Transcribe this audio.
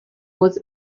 was